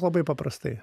labai paprastai